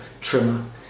trimmer